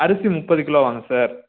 அரிசி முப்பது கிலோவாங்க சார்